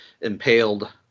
impaled